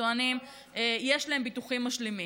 טוענים, יש להם ביטוחים משלימים.